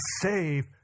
save